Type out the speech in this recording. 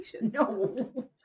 No